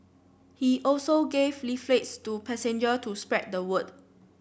he also gave leaflets to passenger to spread the word